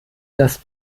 das